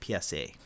PSA